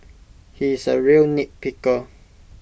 he is A real nitpicker